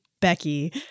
Becky